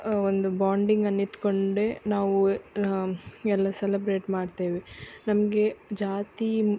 ಒಂದು ಬಾಂಡಿಂಗನ್ನಿಟ್ಕೊಂಡೆ ನಾವು ಎಲ್ಲ ಸೆಲಬ್ರೇಟ್ ಮಾಡ್ತೇವೆ ನಮಗೆ ಜಾತಿ